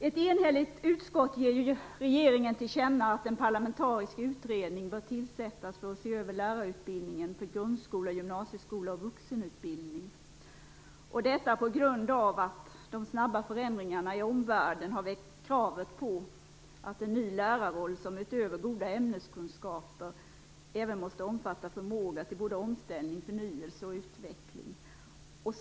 Ett enhälligt utskott ger regeringen till känna att en parlamentarisk utredning bör tillsättas för att se över lärarutbildningen för grundskola, gymnasieskola och vuxenutbildning, och detta på grund av att de snabba förändringarna i omvärlden har väckt kravet på en ny lärarroll, som utöver goda ämneskunskaper även måste omfatta förmåga till omställning, förnyelse och utveckling.